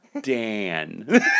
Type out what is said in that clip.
Dan